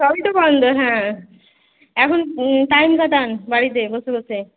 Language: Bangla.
সবই তো বন্ধ হ্যাঁ এখন টাইম কাটান বাড়িতে বসে বসে